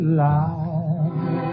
lie